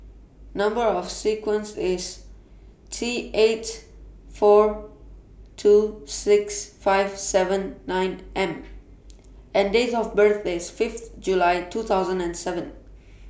Number of sequence IS T eight four two six five seven nine M and Date of birth IS Fifth July two thousand and seven